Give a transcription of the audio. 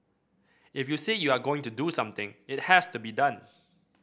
if you say you are going to do something it has to be done